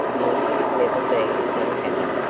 monty had never been so happy.